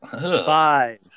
Five